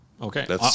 Okay